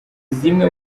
zimwe